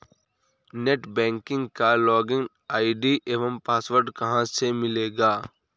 Net banking का login ID एवं password कहाँ से मिलेगा?